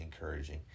encouraging